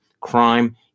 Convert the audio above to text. Crime